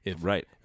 right